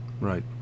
Right